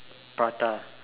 prata